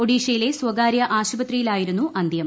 ഒഡീഷയിലെ സ്വകാര്യ ആശുപത്രിയിലായിരുന്നു അന്ത്യം